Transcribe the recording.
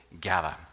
gather